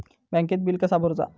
बँकेत बिल कसा भरुचा?